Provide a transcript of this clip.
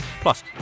plus